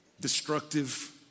destructive